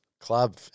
club